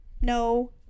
no